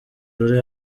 ruri